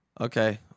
Okay